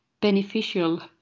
beneficial